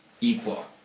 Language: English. equal